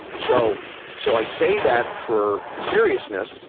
so so i say that for seriousness,